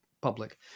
public